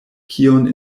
kion